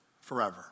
forever